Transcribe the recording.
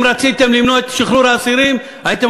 אם רציתם למנוע את שחרור האסירים הייתם